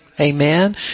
Amen